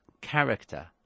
character